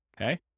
Okay